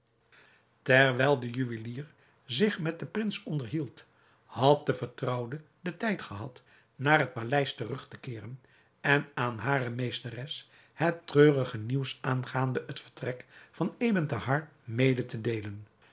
terwijl de juwelier zich met den prins onderhield had de vertrouwde den tijd gehad naar het paleis terug te keeren en aan hare meesteres het treurige nieuws aangaande het vertrek van ebn thahar mede te deelen